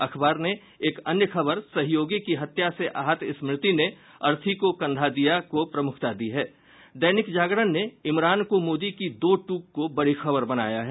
अखबार ने एक अन्य खबर सहयोगी की हत्या से आहत स्मृति ने अर्थी को कंधा दिया को प्रमुखता दी है दैनिक जागरण ने इमरान को मोदी की दो टूक को बड़ी खबर बनाया है